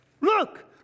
Look